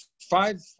five